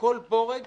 כל בורג